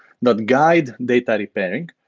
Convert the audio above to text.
that guide data repairing.